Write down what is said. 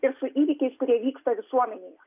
ir su įvykiais kurie vyksta visuomenėje